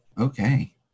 okay